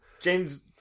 James